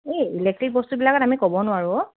এই ইলেক্ট্ৰিক বস্তুবিলাকত আমি ক'ব নোৱাৰোঁ